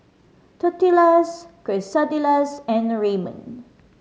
Tortillas Quesadillas and Ramen